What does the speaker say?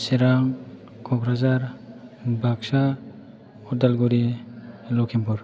Chirang Kokrajhar Baksa Udalguri Lakhimpur